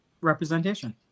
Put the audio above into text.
representation